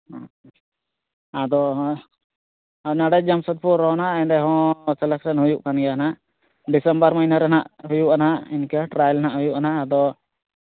ᱟᱫᱚ ᱱᱚᱰᱮ ᱡᱟᱢᱥᱮᱫᱽᱯᱩᱨ ᱨᱮ ᱦᱮᱱᱟᱜᱼᱟ ᱚᱸᱰᱮ ᱦᱚᱸ ᱥᱤᱞᱮᱠᱥᱚᱱ ᱦᱩᱭᱩᱜ ᱠᱟᱱ ᱜᱮᱭᱟ ᱦᱩᱱᱟᱹᱜ ᱰᱤᱥᱮᱢᱵᱚᱨ ᱢᱟᱹᱦᱤᱱᱟᱹ ᱨᱮ ᱦᱩᱱᱟᱹᱜ ᱦᱩᱭᱩᱜᱼᱟ ᱱᱟᱦᱜ ᱤᱱᱠᱟᱹ ᱴᱨᱟᱭᱮᱞ ᱱᱟᱦᱜ ᱦᱩᱭᱜᱼᱟ ᱱᱟᱜ ᱟᱫᱚ